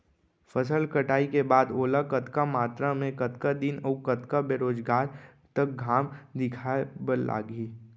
फसल कटाई के बाद ओला कतका मात्रा मे, कतका दिन अऊ कतका बेरोजगार तक घाम दिखाए बर लागही?